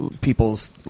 people's